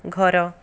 ଘର